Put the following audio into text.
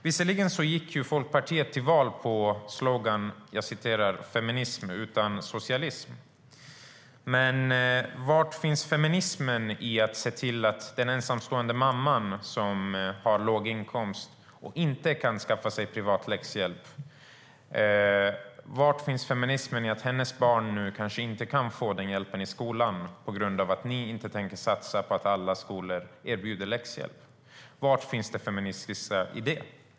Visserligen gick Folkpartiet till val på sloganen "feminism utan socialism", men var finns feminismen i att den ensamstående mamman med låg inkomst inte kan betala för privat läxhjälp till hennes barn och att barnen nu inte kan få den hjälpen i skolan på grund av att ni inte tänker satsa på att alla skolor kan erbjuda läxhjälp? Var finns det feministiska i det?